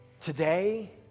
Today